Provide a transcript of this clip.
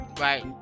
Right